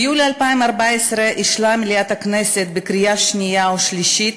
ביולי 2014 אישרה מליאת הכנסת בקריאה שנייה ושלישית